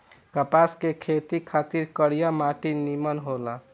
कपास के खेती खातिर करिया माटी निमन होला